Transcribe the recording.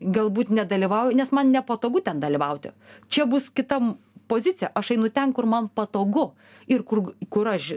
galbūt nedalyvauju nes man nepatogu ten dalyvauti čia bus kitam pozicija aš einu ten kur man patogu ir kur kur aš